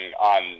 on